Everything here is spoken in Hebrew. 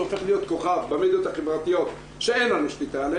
הופך להיות כוכב במדיות החברתיות שאין לנו שליטה עליהם,